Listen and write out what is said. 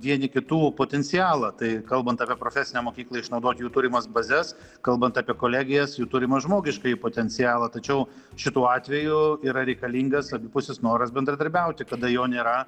vieni kitų potencialą tai kalbant apie profesinę mokyklą išnaudot jų turimas bazes kalbant apie kolegijas jų turimą žmogiškąjį potencialą tačiau šituo atveju yra reikalingas abipusis noras bendradarbiauti kada jo nėra